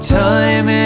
time